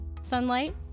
sunlight